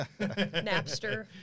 Napster